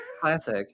Classic